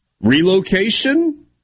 Relocation